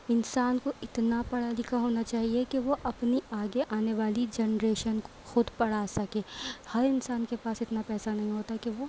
انسان کو اتنا پڑھا لکھا ہونا چاہیے کہ وہ اپنی آگے آنے والی جنریشن کو خود پڑھا سکے ہر انسان کے پاس اتنا پیسہ نہیں ہوتا کہ وہ